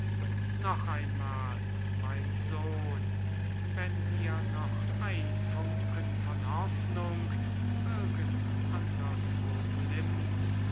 noch einmal mein sohn wenn dir noch ein funken von hoffnung irgend anderswo glimmt